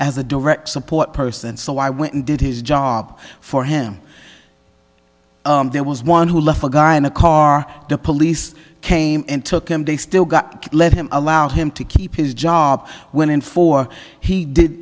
as a direct support person so i went and did his job for him there was one who left a guy in a car the police came and took him they still got let him allow him to keep his job went in for he did